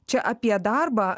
čia apie darbą